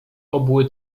obły